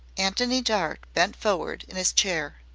antony dart bent forward in his chair.